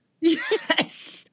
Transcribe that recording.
Yes